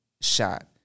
shot